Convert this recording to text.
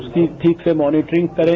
उसकी ठीक से मॉनिटरिंग करें